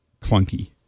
clunky